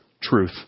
truth